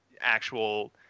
actual